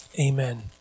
amen